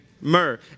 myrrh